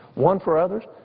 one for others.